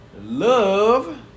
Love